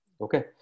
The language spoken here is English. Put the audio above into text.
Okay